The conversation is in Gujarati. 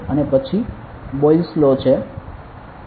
અને પછી બોયલસ્ લો boyle's law છે